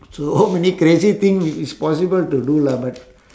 so many crazy thing i~ it's possible to do lah but